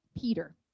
Peter